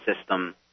system